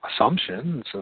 Assumptions